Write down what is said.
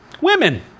Women